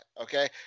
okay